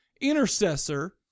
Intercessor